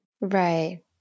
Right